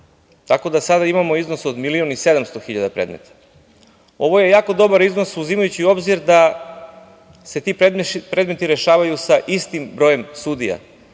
Tako da sada imamo iznos od 1.700.000 predmeta. Ovo je jako dobar iznos, uzimajući u obzir da se ti predmeti rešavaju sa istim brojem sudija.